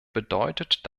bedeutet